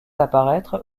apparaître